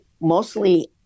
mostly